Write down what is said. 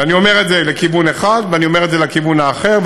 ואני אומר את זה לכיוון אחד ואני אומר את זה לכיוון האחר,